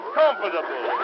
comfortable